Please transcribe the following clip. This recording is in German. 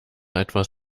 etwas